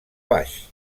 baix